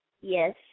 Yes